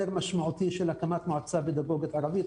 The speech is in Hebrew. משמעותי של הקמת מועצה פדגוגית ערבית.